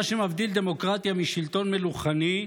מה שמבדיל דמוקרטיה משלטון מלוכני,